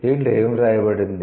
దీంట్లో ఏమి వ్రాయబడింది